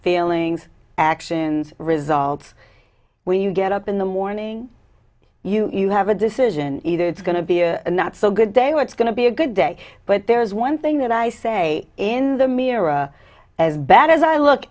feelings actions results when you get up in the morning you have a decision either it's going to be a not so good they were it's going to be a good day but there's one thing that i say in the mirror as bad as i look